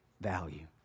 value